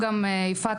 יפעת,